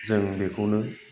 जों बेखौनो